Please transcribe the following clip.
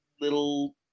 little